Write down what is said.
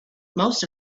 most